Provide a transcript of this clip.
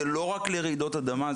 זה לא רק לרעידות אדמה,